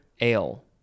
ale